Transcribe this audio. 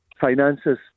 finances